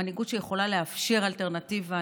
מנהיגות שיכולה לאפשר אלטרנטיבה.